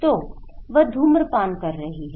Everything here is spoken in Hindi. तो वह धूम्रपान कर रही है